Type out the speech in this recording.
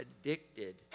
addicted